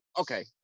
okay